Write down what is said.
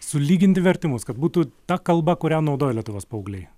sulyginti vertimus kad būtų ta kalba kurią naudoja lietuvos paaugliai